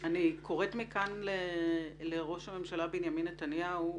אני קוראת מכאן לראש הממשלה בנימין נתניהו,